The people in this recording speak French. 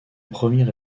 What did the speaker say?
premier